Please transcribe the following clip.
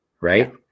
right